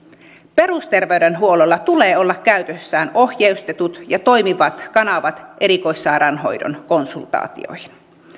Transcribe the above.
perusterveydenhuollolla tulee olla käytössään ohjeistetut ja toimivat kanavat erikoissairaanhoidon konsultaatioihin